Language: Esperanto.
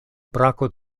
brako